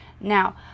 now